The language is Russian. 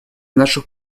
наших